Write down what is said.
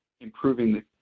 improving